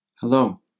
Hello